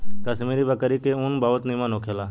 कश्मीरी बकरी के ऊन बहुत निमन होखेला